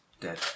Dead